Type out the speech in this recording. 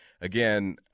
Again